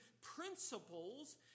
principles